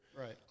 Right